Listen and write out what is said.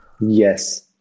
Yes